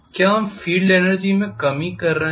क्या हम field energy में कमी कर रहे हैं